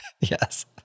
Yes